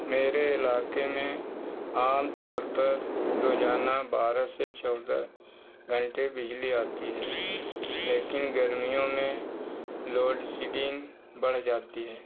میرے علاقے میں عام طور پر روزانہ بارہ سے چودہ گھنٹے بجلی آتی ہے لیکن گرمیوں میں لوڈ سیڈنگ بڑھ جاتی ہے